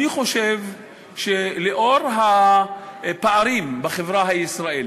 אני חושב שלאור הפערים בחברה הישראלית,